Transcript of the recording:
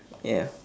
ya